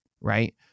right